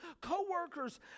Co-workers